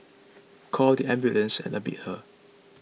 called the ambulance and admitted her